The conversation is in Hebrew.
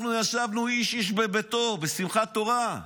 אנחנו ישבנו איש-איש בביתו בשמחת תורה,